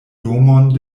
domon